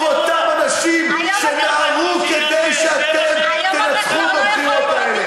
אותם אנשים שנהרו כדי שאתם תנצחו בבחירות האלה?